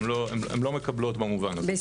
הן לא מקבלות במובן הזה.